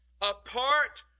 apart